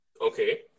Okay